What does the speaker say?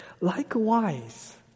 Likewise